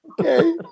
Okay